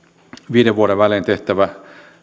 viiden vuoden välein tehtävä